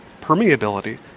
permeability